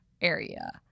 area